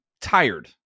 tired